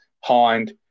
Hind